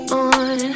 on